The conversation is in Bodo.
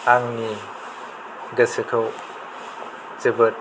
आंनि गोसोखौ जोबोत